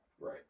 right